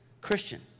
Christian